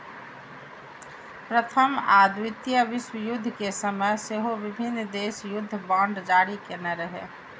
प्रथम आ द्वितीय विश्वयुद्ध के समय सेहो विभिन्न देश युद्ध बांड जारी केने रहै